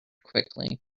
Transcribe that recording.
quickly